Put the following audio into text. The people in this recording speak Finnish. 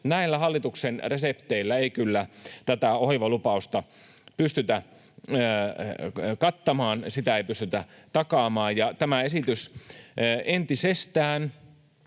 Näillä hallituksen resepteillä ei kyllä tätä hoivalupausta pystytä kattamaan. Sitä ei pystytä takaamaan, ja tämä esitys entisestään